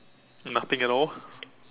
nothing at all